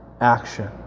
action